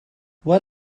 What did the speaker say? what